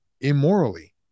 immorally